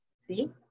See